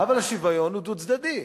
אבל השוויון הוא דו-צדדי.